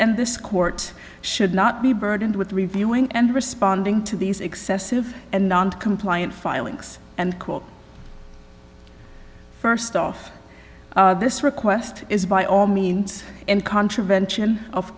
and this court should not be burdened with reviewing and responding to these excessive and non compliant filings and quote first off this request is by all means in contravention of